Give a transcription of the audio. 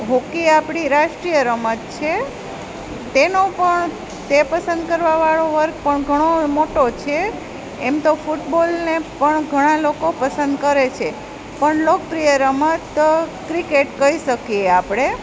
hockey આપણી રાષ્ટ્રીય રમત છે તેનો પણ તે પસંદ કરવા વાળો વર્ગ પણ ઘણો મોટો છે એમ તો ફૂટબોલને પણ ઘણા લોકો પસંદ કરે છે પણ લોકપ્રિય રમત તો ક્રિકેટ કહી શકીએ આપણે